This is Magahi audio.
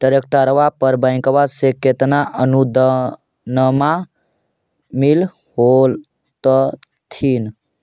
ट्रैक्टरबा पर बैंकबा से कितना अनुदन्मा मिल होत्थिन?